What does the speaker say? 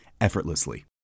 effortlessly